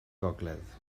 gogledd